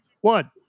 one